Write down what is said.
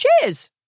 Cheers